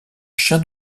chien